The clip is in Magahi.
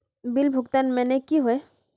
बिल भुगतान माने की होय?